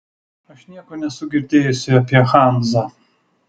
aš nieko nesu girdėjusi apie hanzą